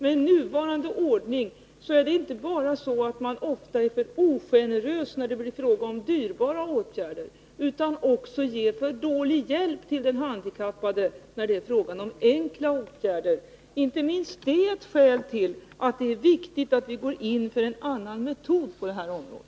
Med nuvarande ordning är det inte bara så att man ofta är för ogenerös när det blir fråga om dyrbara åtgärder utan man ger också för dålig hjälp åt den handikappade när det är fråga om enkla åtgärder. Inte minst detta är ett skäl till att det är viktigt att vi går in för en annan metod på detta område.